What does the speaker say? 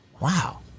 wow